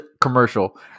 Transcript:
commercial